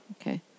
okay